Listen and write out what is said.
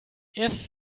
erst